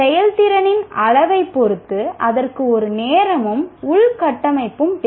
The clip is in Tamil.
செயல்திறனின் அளவைப் பொறுத்து அதற்கு ஒரு நேரமும் உள்கட்டமைப்பும் தேவை